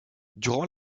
durant